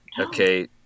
Okay